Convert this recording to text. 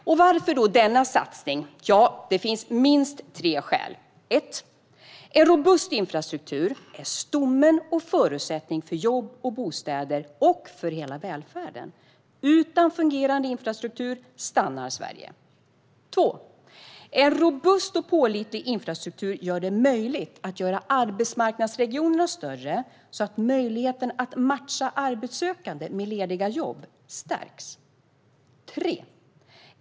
Varför gör då vi denna stora satsning? Det finns minst tre skäl: En robust infrastruktur är stommen och förutsättningen för jobb och bostäder och för hela välfärden. Utan fungerande infrastruktur stannar Sverige. En robust och pålitlig infrastruktur gör det möjligt att göra arbetsmarknadsregionerna större så att möjligheten att matcha arbetssökande med lediga jobb stärks.